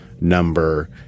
Number